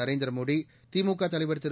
நரேந்திரமோடி திமுக தலைவா் திரு